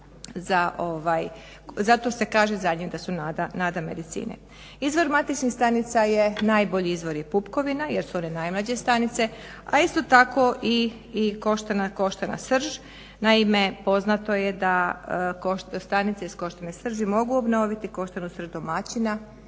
zato se kaže za njih da su nada medicine. Izvor matičnih stanica je najbolji izvor je pupkovina jer su one najmlađe stanice a isto tako i koštana srž. Naime poznato je da stanice iz koštane srži mogu obnoviti koštanu srž domaćina